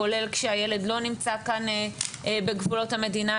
כולל כשהילד לא נמצא כאן בגבולות המדינה,